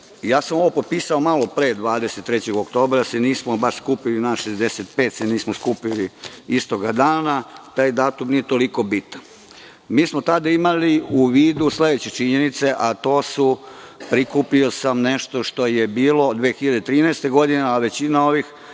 Ja sam ovo potpisao malopre, 23. oktobra se nismo baš skupili svi, nas 65 se nije skupilo istog dana, ali taj datum nije toliko bitan. Mi smo tada imali u vidu sledeće činjenice. Prikupio sam nešto što je bilo 2013. godine, a većina ovih